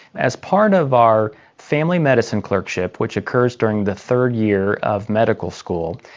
as part of our family medicine clerkship, which occurs during the third year of medical school,